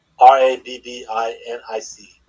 R-A-B-B-I-N-I-C